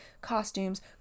costumes